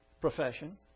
profession